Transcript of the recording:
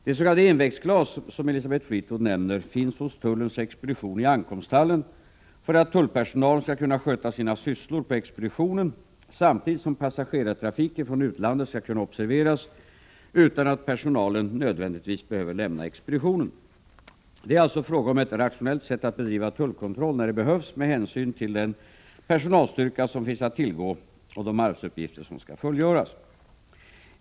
Det s.k. envägsglas som Elisabeth Fleetwood nämner finns hos tullens expedition i ankomsthallen för att tullpersonalen skall kunna sköta sina sysslor på expeditionen samtidigt som passagerartrafiken från utlandet skall kunna observeras utan att personalen nödvändigtvis behöver lämna expeditionen. Det är alltså fråga om ett rationellt sätt att bedriva tullkontroll när det behövs med hänsyn till den personalstyrka som finns att tillgå och de arbetsuppgifter som skall fullgöras.